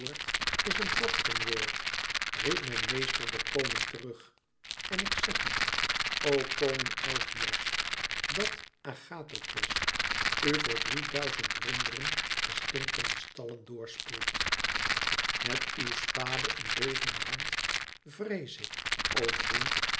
is een vorstenwoord riep mijn meester den koning terug en ik zeg u o koning augeias dat agathokles u voor drieduizend runderen de stinkende stallen door spoelt met uw spade in bevende hand vrees ik